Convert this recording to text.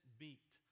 beat